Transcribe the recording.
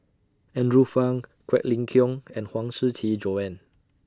Andrew Phang Quek Ling Kiong and Huang Shiqi Joan